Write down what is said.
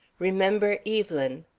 remember evelyn!